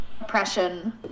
oppression